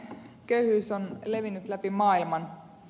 köyhyys on levinnyt läpi maailman